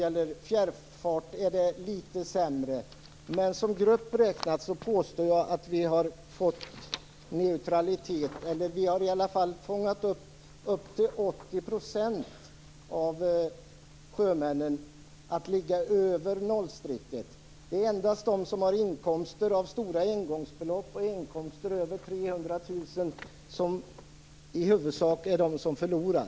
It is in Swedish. För fjärrfart är det litet sämre. Men när det gäller att ligga över nollstrecket har vi som grupp räknat fångat upp till 80 % av sjömännen. Det är i huvudsak endast de som har inkomster i form av stora engångsbelopp eller inkomster över 300 000 kr som förlorar.